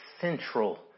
central